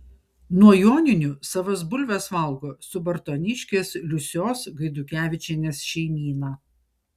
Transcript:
nuo joninių savas bulves valgo subartoniškės liusios gaidukevičienės šeimyna